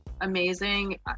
amazing